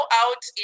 out